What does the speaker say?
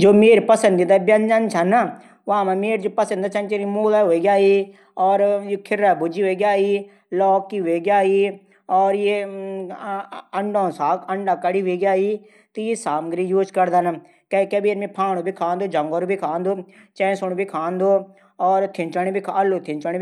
जू म्यार पंसदीदा व्यजन छन वां म मूला, खिरा भुजी। लौकी, अंडा कडी, ई सामग्री यूज करदन। कभी फाणू झगरू चैशुण भी खांदू। और अलू थिंचुडी